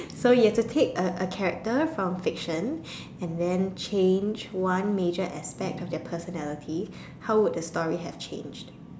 so you have to take a a character from fiction and then change one major aspect of their personality how would the story have changed